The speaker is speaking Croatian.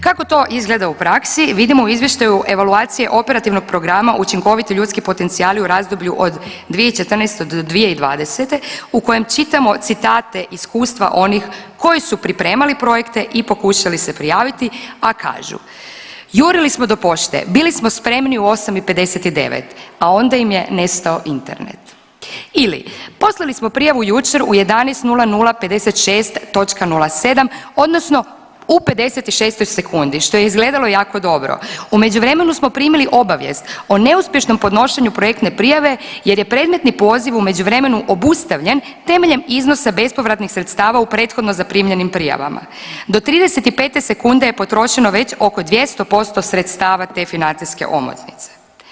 Kako to izgleda u praksi vidimo u izvještaju evaluacije operativnog programa učinkoviti ljudski potencijali u razdoblju od 2014. do 2020. u kojem čitamo citate, iskustva onih koji su pripremali projekte i pokušali se prijaviti, a kažu: jurili smo do pošte, bili smo spremni u 8 i 59, a onda im je nestao Internet ili poslali smo prijavu jučer u 11:00:56.07 odnosno u 56 sekundi, što je izgledalo jako dobro, u međuvremenu smo primili obavijest o neuspješnom podnošenju projektne prijave jer je predmetni poziv u međuvremenu obustavljen temeljem iznosa bespovratnih sredstava u prethodno zaprimljenim prijavama, do 35 sekunde je potrošeno već oko 200% sredstava te financijske omotnice.